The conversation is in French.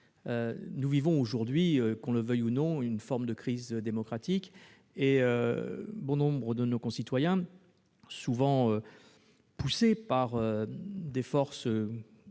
Nous vivons aujourd'hui, qu'on le veuille ou non, une forme de crise démocratique. Nombre de nos concitoyens, souvent poussés par des forces que